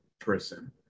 person